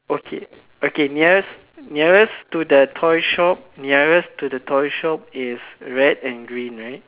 okay okay nearest nearest to the toy shop nearest to the toy shop is red and green right